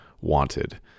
wanted